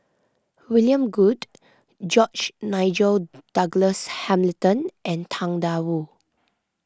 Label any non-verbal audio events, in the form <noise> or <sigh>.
William Goode George Nigel <noise> Douglas Hamilton and Tang Da Wu